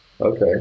Okay